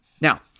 Now